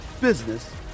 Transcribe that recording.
business